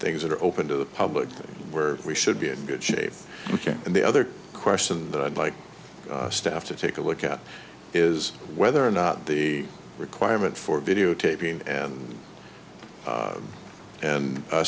things that are open to the public where we should be in good shape and the other question that i'd like a staff to take a look at is whether or not the requirement for videotaping and and